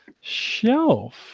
shelf